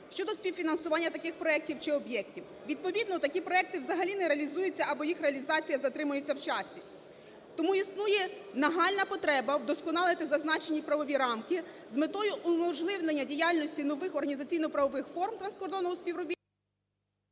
щодо співфінансування таких проектів чи об'єктів. Відповідно такі проекти взагалі не реалізуються або їх реалізація затримується в часі. Тому існує нагальна потреба вдосконалити зазначені правові рамки з метою уможливлення діяльності нових організаційно-правових форм транскордонного співробітництва…